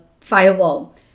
firewall